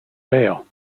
bail